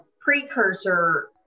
precursor